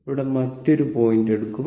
ഇവിടെ മറ്റൊരു പോയിന്റ് എടുക്കും